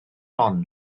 hon